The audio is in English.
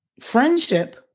friendship